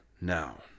now